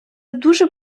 дуже